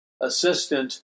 assistant